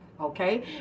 okay